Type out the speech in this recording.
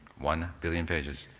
one billion pages.